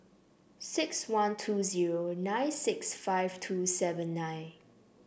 six one two zero nine six five two seven nine